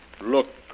Look